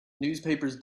newspapers